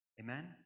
Amen